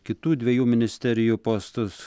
kitų dviejų ministerijų postus